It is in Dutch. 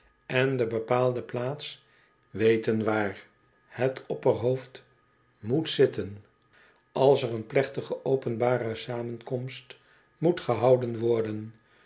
en de bepaalde plaats weten waar het opperhoofd moet zitten als er een plechtige openbare samenkomt moet gehouden worden